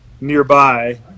nearby